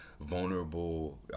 vulnerable